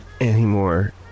anymore